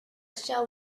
shall